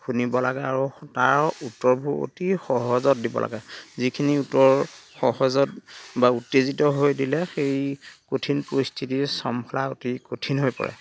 শুনিব লাগে আৰু তাৰ উত্তৰবোৰ অতি সহজত দিব লাগে যিখিনি উত্তৰ সহজত বা উত্তেজিত হৈ দিলে সেই কঠিন পৰিস্থিতি চম্ভালা অতি কঠিন হৈ পৰে